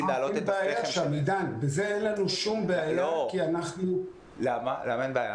להעלות -- עם זה אין לנו שום בעיה -- למה אין בעיה?